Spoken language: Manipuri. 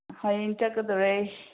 ꯍꯌꯦꯡ ꯆꯠꯀꯗꯣꯔꯦ